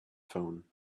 phone